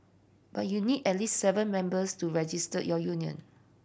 but you need at least seven members to register your union